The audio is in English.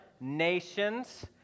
nations